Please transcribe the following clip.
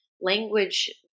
language